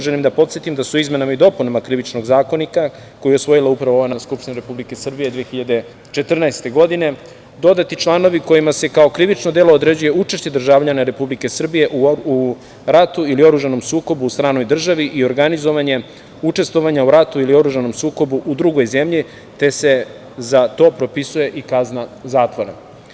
Želim da podsetim da su izmenama i dopunama Krivičnog zakonika koji je usvojila upravo ova Narodna skupština Republike Srbije 2014. godine, dodati članovi kojima se kao krivično delo određuje učešće državljana Republike Srbije u ratu ili oružanom sukobu u stranoj državi i organizovanje učestvovanja u ratu ili oružanom sukobu u drugoj zemlji te se za to propisuje i kazna zatvora.